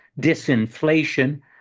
disinflation